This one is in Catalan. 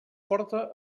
porta